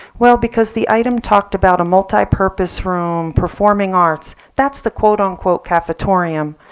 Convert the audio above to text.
well, because the item talked about a multi-purpose room performing arts that's the quote unquote cafetorium.